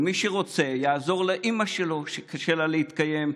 ומי שרוצה יעזור לאימא שלו שקשה לה להתקיים,